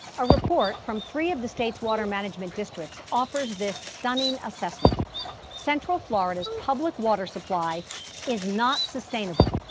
a report from three of the state's water management districts offers this stunning assessment central florida's public water supply is not sustainable.